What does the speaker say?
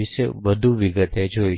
વિશે વધુ વિગતો જોઈએ